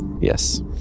Yes